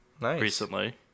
recently